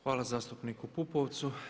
Hvala zastupniku Pupovcu.